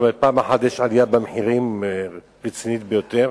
פעם אחת יש עלייה במחירים, רצינית ביותר,